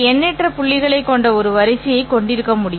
எண்ணற்ற புள்ளிகளைக் கொண்ட ஒரு வரிசையைக் கொண்டிருக்க முடியும்